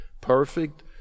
perfect